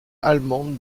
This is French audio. allemandes